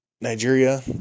Nigeria